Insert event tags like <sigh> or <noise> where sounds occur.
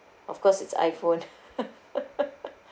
of course it's iPhone <laughs>